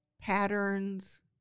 patterns